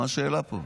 מה השאלה פה?